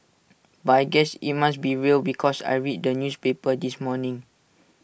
but I guess IT must be real because I read the newspapers this morning